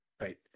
right